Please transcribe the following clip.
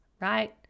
right